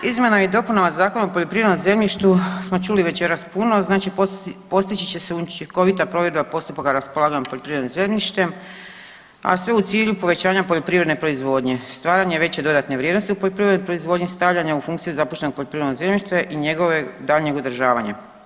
O izmjenama i dopunama Zakona o poljoprivrednom zemljištu smo čuli večeras puno, znači postići će se učinkovita provedba postupaka raspolaganja poljoprivrednim zemljištem, a sve u cilju povećanja poljoprivredne proizvodnje, stvaranja veće dodatne vrijednosti u poljoprivrednoj proizvodnji, stavljanja u funkciju zapušteno poljoprivredno zemljište i njegovog daljnjeg održavanja.